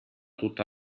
tutta